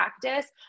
practice